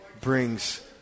brings